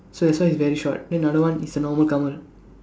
so that's why he's very short then another one is the normal Kamal